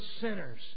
sinner's